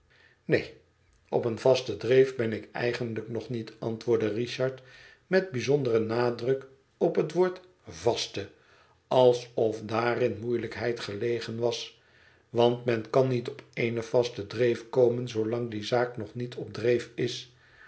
neen op eene vaste dreef ben ik eigenlijk nog niet antwoordde richard met bijzonderen nadruk op het woord vaste alsof daarin moeielijkheid gelegen was want men kan niet op eene vaste dreef komen zoolang die zaak nog niet op dreef is